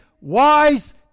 wise